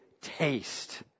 taste